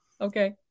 Okay